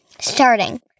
starting